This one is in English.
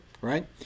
right